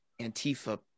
Antifa